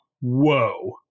Whoa